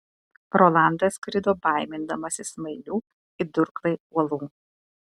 rolandas skrido baimindamasis smailių it durklai uolų